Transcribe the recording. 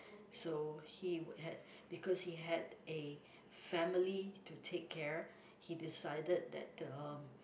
so he would had because he had a family to take care he decided that uh